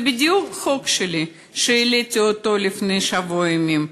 זה בדיוק חוק שלי שהעליתי לפני שבוע ימים.